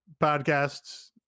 podcasts